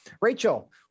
Rachel